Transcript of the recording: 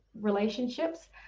relationships